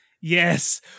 Yes